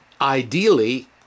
Ideally